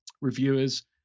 reviewers